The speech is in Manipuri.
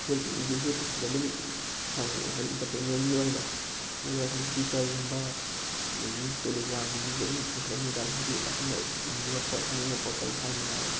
ꯌꯨꯇ꯭ꯌꯨꯕꯁꯤꯗ ꯑꯗꯨꯝ ꯐꯪꯉꯦ ꯍꯥꯏꯗꯤ ꯏꯟꯇꯔꯇꯦꯟꯃꯦꯟꯒꯤ ꯑꯣꯏꯅ ꯑꯗꯨꯒ ꯉꯁꯥꯏꯒꯤ ꯇ꯭ꯌꯨꯇꯔꯒꯨꯝꯕ ꯑꯗꯒꯤ ꯇꯦꯂꯦꯒ꯭ꯔꯥꯝꯒꯨꯝꯕꯁꯤꯁꯨ ꯑꯗꯨꯝ ꯁꯣꯁꯤꯌꯦꯜ ꯃꯦꯗꯤꯌꯥ ꯍꯥꯏꯗꯤ ꯑꯩꯈꯣꯏꯅ ꯏꯅꯤꯡꯕ ꯄꯣꯠ ꯍꯥꯏꯗꯤ ꯄꯣꯠꯇꯣ ꯑꯗꯨꯝ ꯍꯥꯏꯕ ꯌꯥꯔꯦ